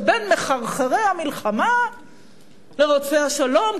שבין מחרחרי המלחמה לרודפי השלום,